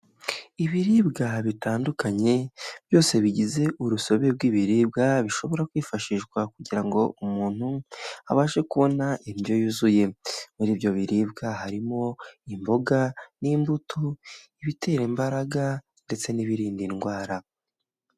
Ibiribwa bitandukanye byose bigize urusobe rw'ibiribwa bishobora kwifashishwa kugira ngo umuntu abashe kubona indyo yuzuye, muri ibyo biribwa harimo imboga n'imbuto, ibitera imbaraga ndetse n'ibirinda indwara.